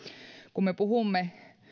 kun me puhumme